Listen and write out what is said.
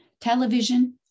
Television